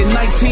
19